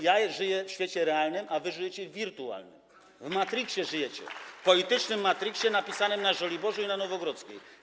Ja żyję w świecie realnym, a wy żyjecie w wirtualnym, w matriksie żyjecie, w politycznym matriksie napisanym na Żoliborzu i na Nowogrodzkiej.